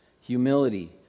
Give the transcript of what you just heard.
humility